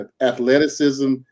athleticism